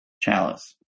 Chalice